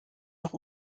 noch